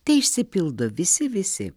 teišsipildo visi visi